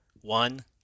One